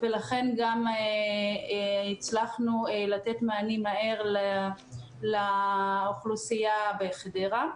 ולכן גם הצלחנו לתת מהר מענים לאוכלוסייה בחדרה.